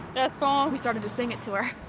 that song? we started to sing it to her!